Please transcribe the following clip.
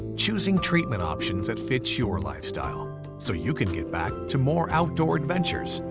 choosing treatment options that fit your lifestyle so you can get back to more outdoor adventures,